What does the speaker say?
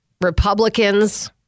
Republicans